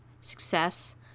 success